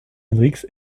hendrix